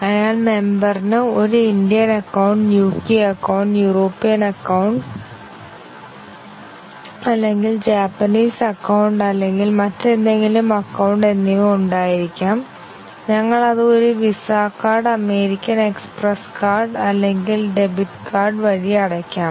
അതിനാൽ മെംബർ ന് ഒരു Indian account UK account European union account അല്ലെങ്കിൽ ജാപ്പനീസ് അക്കൌണ്ട് അല്ലെങ്കിൽ മറ്റേതെങ്കിലും അക്കൌണ്ട് എന്നിവ ഉണ്ടായിരിക്കാം ഞങ്ങൾ അത് ഒരു Visa card American Express card അല്ലെങ്കിൽ ഡെബിറ്റ് കാർഡ് വഴി അടയ്ക്കാം